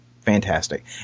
Fantastic